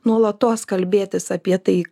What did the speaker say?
nuolatos kalbėtis apie tai